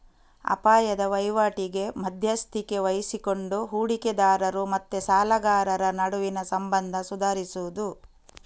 ಅಪಾಯದ ವೈವಾಟಿಗೆ ಮಧ್ಯಸ್ಥಿಕೆ ವಹಿಸಿಕೊಂಡು ಹೂಡಿಕೆದಾರರು ಮತ್ತೆ ಸಾಲಗಾರರ ನಡುವಿನ ಸಂಬಂಧ ಸುಧಾರಿಸುದು